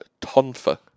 tonfa